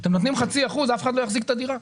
אתם נותנים חצי אחוז אף אחד לא יחזיק את הדירה.